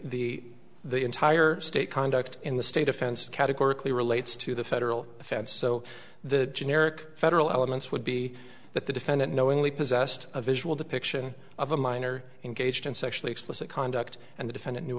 the the entire state conduct in the state offense categorically relates to the federal offense so the generic federal elements would be that the defendant knowingly possessed a visual depiction of a minor engaged in sexually explicit conduct and the defendant knew